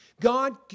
God